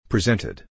Presented